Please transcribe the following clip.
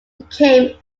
became